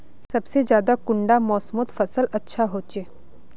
सबसे ज्यादा कुंडा मोसमोत फसल अच्छा होचे?